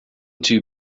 too